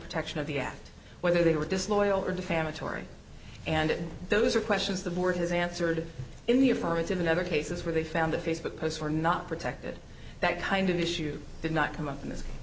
protection of the app whether they were disloyal or defamatory and those are questions the board has answered in the affirmative in other cases where they found a facebook post were not protected that kind of issue did not come up in this